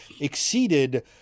exceeded